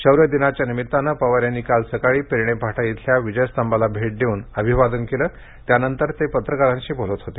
शौर्यदिनाच्या निमित्तानं पवार यांनी काल सकाळी पेरणे फाटा इथल्या विजय स्तंभाला भेट देऊन अभिवादन केलं त्यानंतर ते पत्रकारांशी बोलत होते